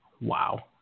wow